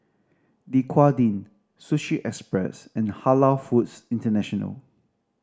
Dequadin Sushi Express and Halal Foods International